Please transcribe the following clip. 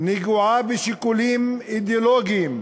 נגועה בשיקולים אידיאולוגיים